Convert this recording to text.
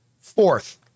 fourth